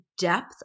depth